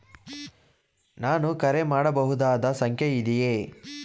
ನಾನು ಕರೆ ಮಾಡಬಹುದಾದ ಸಂಖ್ಯೆ ಇದೆಯೇ?